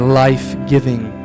life-giving